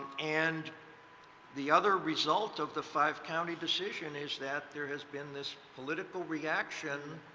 and the other result of the five-county decision is that there has been this political reaction.